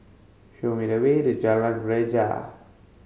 show me the way to Jalan Greja